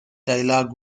dialogue